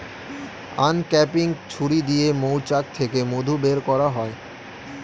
uncapping ছুরি দিয়ে মৌচাক থেকে মধু বের করা হয়